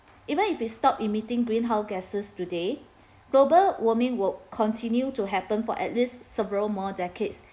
even if we stopped emitting greenhouse gases today global warming will continue to happen for at least several more decades